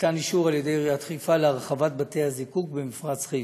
שניתן אישור על ידי עיריית חיפה להרחבת בתי-הזיקוק במפרץ חיפה.